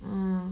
mm